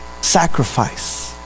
sacrifice